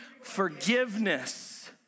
forgiveness